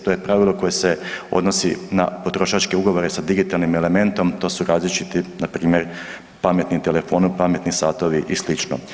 To je pravilo koje se odnosi na potrošačke ugovore sa digitalnim elementom, to su različiti, npr. pametni telefoni, pametni satovi i slično.